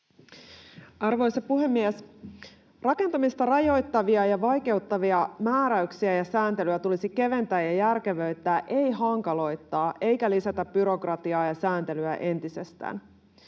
Arvoisa puhemies! Rakentamista rajoittavia ja vaikeuttavia määräyksiä ja sääntelyä tulisi keventää ja järkevöittää, ei hankaloittaa eikä lisätä byrokratiaa ja sääntelyä entisestään.